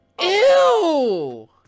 Ew